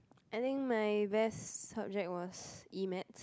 I think my best subject was e-maths